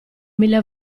mille